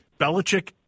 Belichick